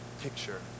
picture